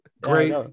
Great